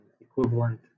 equivalent